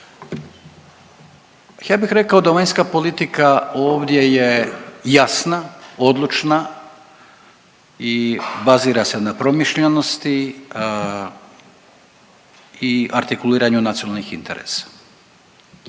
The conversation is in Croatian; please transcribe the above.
Ja bih rekao, domovinska politika ovdje je jasna, odlučna i bazira se na promišljenosti i artikuliranju nacionalnih interesa.